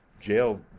jail